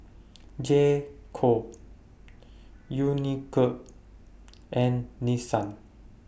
J Co Unicurd and Nissan